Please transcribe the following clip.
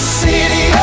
city